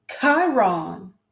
Chiron